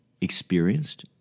experienced